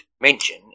mention